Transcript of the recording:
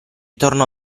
tornò